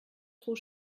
trop